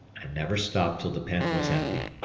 and never stopped till the pen was empty.